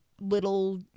little